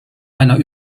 einer